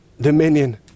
dominion